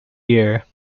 year